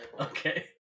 Okay